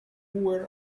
were